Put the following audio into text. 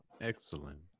Excellent